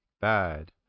Bad